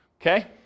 Okay